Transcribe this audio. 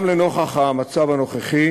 גם נוכח המצב הנוכחי